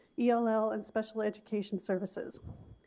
ell ell and special education services.